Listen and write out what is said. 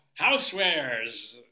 Housewares